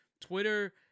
Twitter